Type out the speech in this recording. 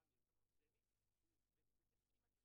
זה מה שיש באדום , וזו